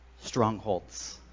strongholds